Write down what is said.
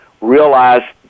realize